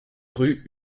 rue